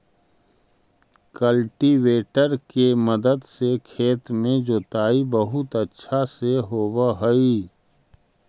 cultivator के मदद से खेत के जोताई बहुत अच्छा से होवऽ हई